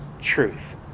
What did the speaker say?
truth